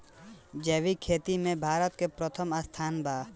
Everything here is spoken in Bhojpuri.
जैविक खेती में भारत के प्रथम स्थान बा